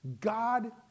God